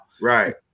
right